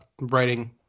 writing